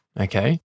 okay